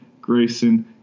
grayson